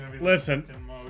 listen